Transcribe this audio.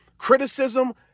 criticism